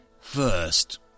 First